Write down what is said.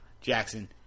Jackson